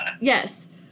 Yes